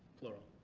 plural.